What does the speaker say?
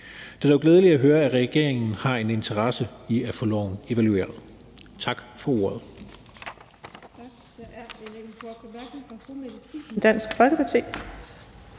Det er dog glædeligt at høre, at regeringen har en interesse i at få loven evalueret. Tak for ordet.